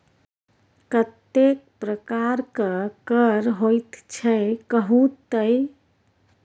कतेक प्रकारक कर होइत छै कहु तए